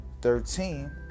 thirteen